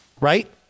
Right